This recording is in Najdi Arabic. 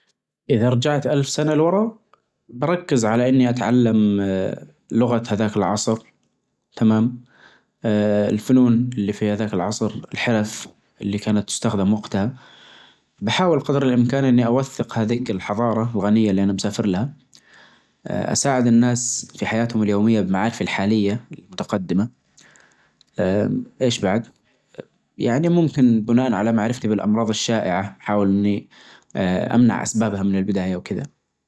أذا رجعت ألف سنة لورا بركز على إني أتعلم أ لغة هذاك العصر تمام أ الفنون اللي في هذاك العصر الحرف اللي كانت تستخدم وقتها، بحاول قدر الإمكان إني أوثق هذيك الحضارة الغنية اللي أنا مسافر لها، أ أساعد الناس في حياتهم اليومية بمعارفي الحالية المتقدمة أ أيش بعد؟ يعني ممكن بناء على معرفتي بالأمراض الشائعة بحاول إني أ أمنع أسبابها من البداية وكدا.